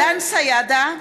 דן סידה,